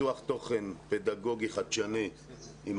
פיתוח תוכן פדגוגי חדשני עם